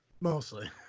mostly